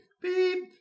beep